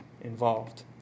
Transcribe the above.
involved